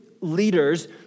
leaders